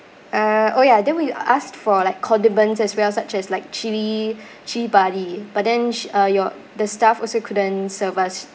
uh oh ya then we asked for like condiments as well such as like chili chilipadi but then sh~ uh your the staff also couldn't serve us